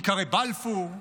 "ייקרא בלפור,